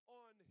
on